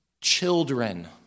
Children